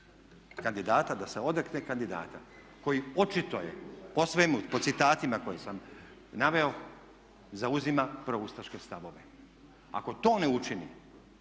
da se odrekne kandidata koji očito je, po svemu, po citatima koje sam naveo zauzima proustaške stavove. Ako to ne učini,